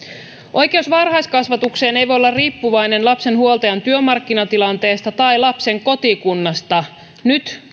oikeus varhaiskasvatukseen ei voi olla riippuvainen lapsen huoltajan työmarkkinatilanteesta tai lapsen kotikunnasta nyt